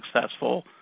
successful